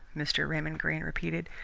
mr. raymond greene repeated.